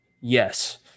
yes